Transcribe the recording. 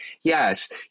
Yes